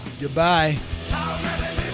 Goodbye